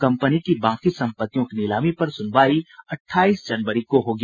company की बाकी संपत्तियों की नीलामी पर सुनवाई अठाईस जनवरी को होगी